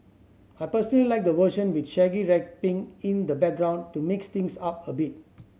I personally like the version with Shaggy rapping in the background to mix things up a bit